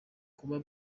kuba